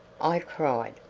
i cried.